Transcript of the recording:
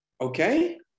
Okay